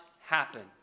happen